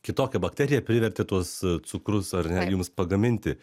kitokia bakterija privertė tuos cukrus ar ne jums pagaminti